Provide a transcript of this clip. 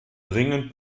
dringend